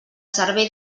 servei